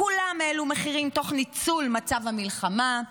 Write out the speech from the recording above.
כולם העלו מחירים תוך ניצול מצב המלחמה.